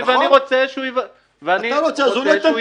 ואני רוצה שהוא --- אתה רוצה,